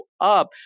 up